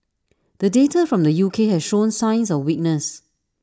the data from the U K has shown signs of weakness